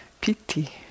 pity